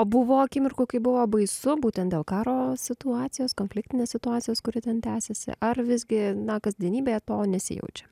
o buvo akimirkų kai buvo baisu būtent dėl karo situacijos konfliktinės situacijos kuri ten tęsiasi ar visgi na kasdienybėje to nesijaučia